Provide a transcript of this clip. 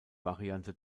variante